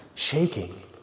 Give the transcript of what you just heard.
Shaking